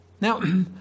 Now